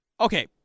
Okay